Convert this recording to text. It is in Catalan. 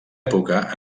època